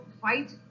fight